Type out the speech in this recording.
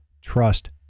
Trust